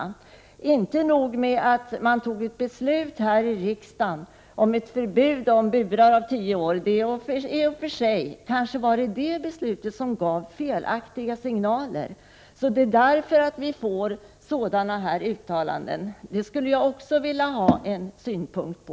Det är inte nog med att riksdagen har fattat ett beslut om ett förbud mot burar om tio år — det kanske var det beslutet som gav felaktiga signaler och orsakade att sådana här uttalanden görs. Det skulle jag också vilja ha jordbruksministerns synpunkt på.